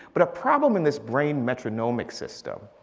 but a problem in this brain metronomic system.